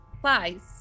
flies